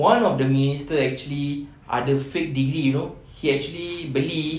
all of the ministers actually ada fake degree you know he actually beli